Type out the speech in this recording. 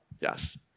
yes